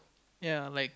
ya like